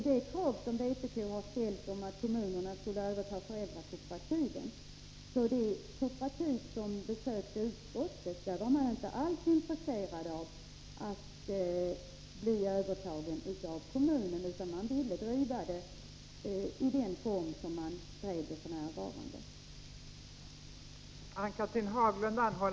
Beträffande vpk:s krav på att kommunerna skall överta föräldrakooperativ, kan jag nämna att det kooperativ som besökte utskottet inte alls var intresserat av att kommunen skulle överta detta kooperativ utan ville fortsätta att driva det i nuvarande form.